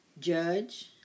Judge